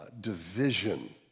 division